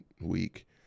week